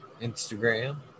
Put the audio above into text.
Instagram